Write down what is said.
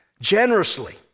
generously